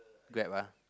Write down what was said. Grab ah